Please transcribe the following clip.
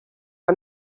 are